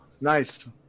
Nice